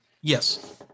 yes